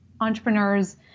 entrepreneurs